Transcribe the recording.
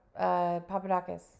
Papadakis